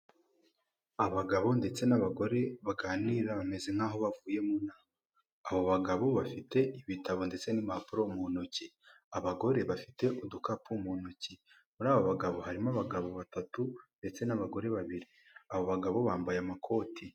Abagabo ndetse n'abagore baganira bameze nkaho bavuye mu nama, abo bagabo bafite ibitabo ndetse n'impapuro mu ntoki, abagore bafite udukapu mu ntoki muri aba bagabo harimo abagabo batatu ndetse n'abagore babiri abo bagabo bambaye amakoti.